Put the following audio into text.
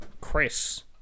Chris